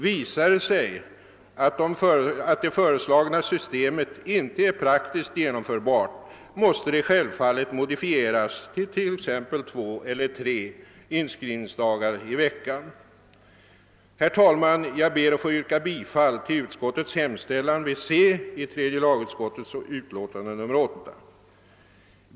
Visar det sig att det föreslagna systemet inte är praktiskt genomförbart, måste det självfallet modifieras till att omfatta exempelvis två eller tre inskrivningsdagar i veckan. Herr talman! Jag ber att få yrka bifall till tredje lagutskottets hemställan under moment C i utskottets utlåtande nr 8.